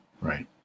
right